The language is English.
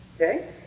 Okay